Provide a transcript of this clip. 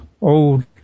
old